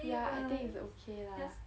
ya I think it's okay lah